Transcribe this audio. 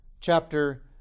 chapter